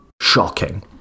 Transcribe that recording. shocking